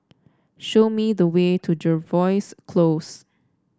show me the way to Jervois Close